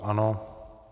Ano.